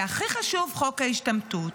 והכי חשוב: חוק ההשתמטות.